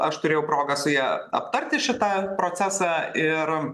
aš turėjau progą su ja aptarti šitą procesą ir